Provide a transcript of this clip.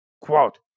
quote